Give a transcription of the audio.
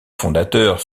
fondateurs